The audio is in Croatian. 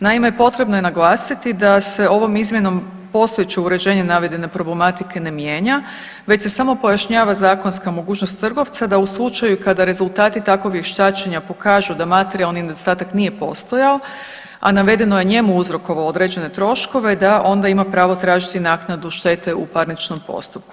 Naime, potrebno je naglasiti da se ovom izmjenom postojeće uređenje navedene problematike ne mijenja već se samo pojašnjava zakonska mogućnost trgovca da u slučaju kada rezultati takvog vještačenja pokažu da materijalni nedostatak nije postojao, a navedeno je njemu uzrokovao određene troškove da onda ima pravo tražiti naknadu štete u parničnom postupku.